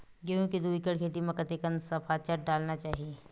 गेहूं के दू एकड़ खेती म कतेकन सफाचट डालना चाहि?